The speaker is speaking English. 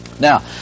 Now